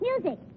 Music